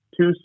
two